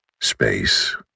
Space